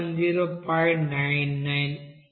99 ఇది ఇథిలీన్ కోసం 285